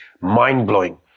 mind-blowing